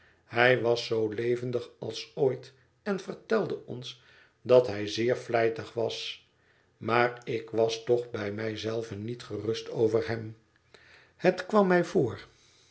hij was zoo levendig als ooit en vertelde ons dat hij zeer vlijtig was maar ik was toch bij mij zelve niet gerust over hem het kwam mij voor